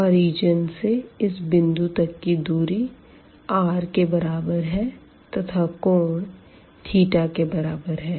origin से इस बिंदु तक की दूरी r के बराबर है तथा कोण θ के बराबर है